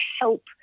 help